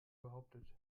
behauptet